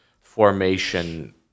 formation –